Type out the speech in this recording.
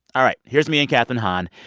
all right. here's me and kathryn hahn.